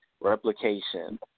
replication